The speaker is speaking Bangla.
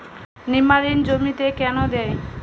নিমারিন জমিতে কেন দেয়?